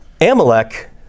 Amalek